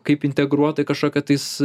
kaip integruotai kažkokią tais